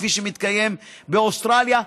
כפי שמתקיים באוסטרליה,